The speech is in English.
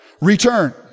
Return